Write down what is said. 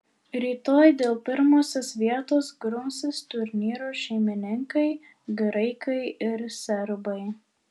rytoj dėl pirmosios vietos grumsis turnyro šeimininkai graikai ir serbai